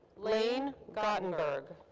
lane gottenberg.